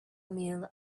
meal